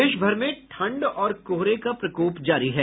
प्रदेश भर में ठंड और कोहरे का प्रकोप जारी है